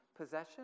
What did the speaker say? Possession